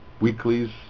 weeklies